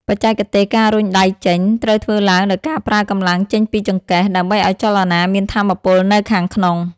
បច្ចេកទេស ការរុញដៃចេញ ត្រូវធ្វើឡើងដោយការប្រើកម្លាំងចេញពីចង្កេះ ដើម្បីឱ្យចលនាមានថាមពលនៅខាងក្នុង។